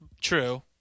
True